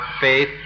faith